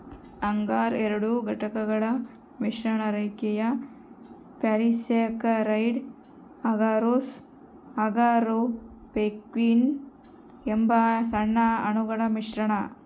ಅಗರ್ ಎರಡು ಘಟಕಗಳ ಮಿಶ್ರಣ ರೇಖೀಯ ಪಾಲಿಸ್ಯಾಕರೈಡ್ ಅಗರೋಸ್ ಅಗಾರೊಪೆಕ್ಟಿನ್ ಎಂಬ ಸಣ್ಣ ಅಣುಗಳ ಮಿಶ್ರಣ